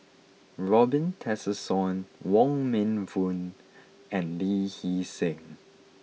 Robin Tessensohn Wong Meng Voon and Lee Hee Seng